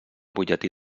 butlletí